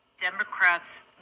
Democrats